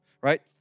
right